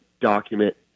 Document